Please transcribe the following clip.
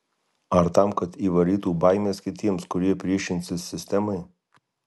ar tam kad įvarytų baimės kitiems kurie priešinsis sistemai